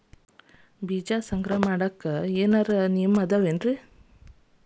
ಬೇಜ ಸ್ಟೋರ್ ಮಾಡಾಕ್ ಏನೇನ್ ಕಂಡಿಷನ್ ಅದಾವ?